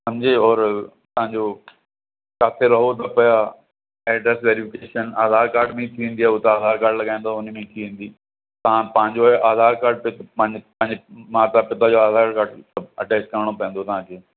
सम्झे और तव्हांजो जिथे रहो था पिया एड्रेस वेरीफ़िकेशन आधार कार्ड में ई थी वेंदी आहे आधार कार्ड लॻाईंदा उनमें थी वेंदी तव्हां पंहिंजो आधार कार्ड पंहिंजे पंहिंजे माता पिता जो आधार कार्ड सभु अटैच करणो पईंदो तव्हांखे